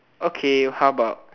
okay how about